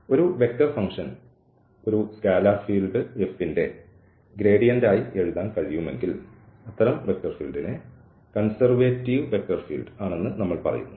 ഒരു vector function ഒരു scalar field f ന്റെ ഗ്രേഡിയന്റായി എഴുതാൻ കഴിയുമെങ്കിൽ ഒരു വെക്റ്റർ ഫീൽഡ് കൺസെർവേറ്റീവ് ആണെന്ന് നമ്മൾ പറയുന്നു